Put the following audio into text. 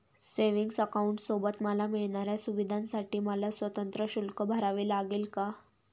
Savings अकाउंटसोबत मला मिळणाऱ्या सुविधांसाठी मला स्वतंत्र शुल्क भरावे लागेल का?